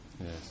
Yes